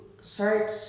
search